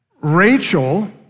Rachel